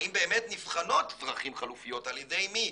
האם באמת נבחנות דרכים חלופיות, על ידי מי?